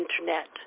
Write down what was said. Internet